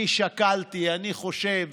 אני שקלתי, אני חושב